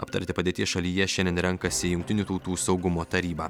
aptarti padėties šalyje šiandien renkasi jungtinių tautų saugumo taryba